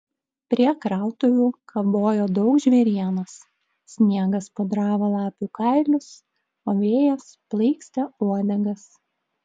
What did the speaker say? prie krautuvių kabojo daug žvėrienos sniegas pudravo lapių kailius o vėjas plaikstė uodegas